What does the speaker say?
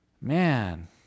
Man